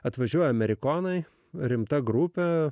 atvažiuoja amerikonai rimta grupė